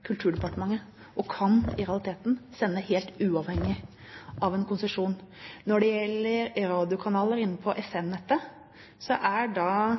Kulturdepartementet og kan i realiteten sende helt uavhengig av en konsesjon. Når det gjelder radiokanaler innenfor FM-nettet, er